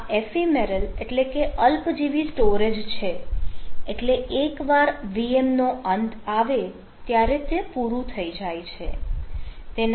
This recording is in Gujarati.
આ એફીમેરલ એટલે કે અલ્પજીવી સ્ટોરેજ છે એટલે એકવાર VM નો અંત આવે ત્યારે તે પૂરું થઈ જાય છે